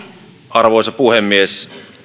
arvoisa puhemies